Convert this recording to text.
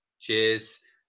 cheers